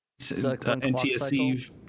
ntsc